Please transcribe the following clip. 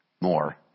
more